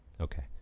okay